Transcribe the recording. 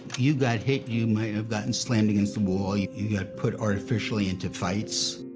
you got hit, you may have gotten slammed against the wall, you you got put artificially into fights.